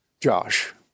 Josh